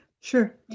Sure